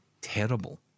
terrible